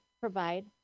provide